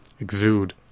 Exude